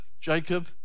Jacob